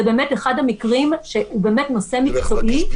זה באמת אחד המקרים שהוא נושא מקצועי.